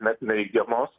net neigiamos